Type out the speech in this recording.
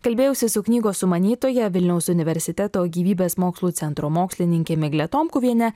kalbėjausi su knygos sumanytoja vilniaus universiteto gyvybės mokslų centro mokslininke migle tomkuviene